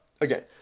again